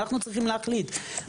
צריכים להחליט.